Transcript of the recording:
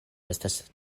estas